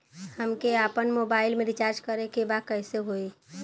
हमके आपन मोबाइल मे रिचार्ज करे के बा कैसे होई?